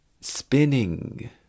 spinning